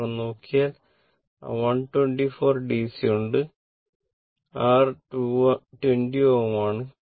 കാരണം നോക്കിയാൽ ആ 124 DC ഉണ്ട് rR 20 ohm ആണ്